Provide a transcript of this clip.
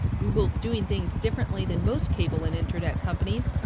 google's doing things differently than most cable and internet companies.